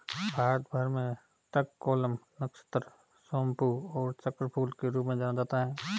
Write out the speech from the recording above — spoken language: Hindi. भारत भर में तककोलम, नक्षत्र सोमपू और चक्रफूल के रूप में जाना जाता है